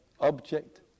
object